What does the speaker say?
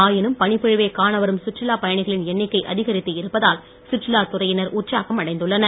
ஆயினும் பனிப்பொழிவை காண வரும் சுற்றுலாப் பயணிகளின் எண்ணிக்கை அதிகரித்து இருப்பதால் சுற்றுலாத் துறையினர் உற்சாகம் அடைந்துள்ளனர்